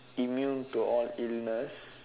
immune to all illness